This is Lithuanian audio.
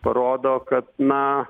parodo kad na